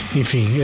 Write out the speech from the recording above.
enfim